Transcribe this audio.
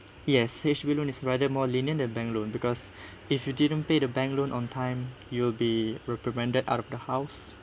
yes H_D_B loan is rather more lenient then bank loan because if you didn't pay the bank loan on time you'll be reprimanded out of the house